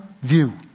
view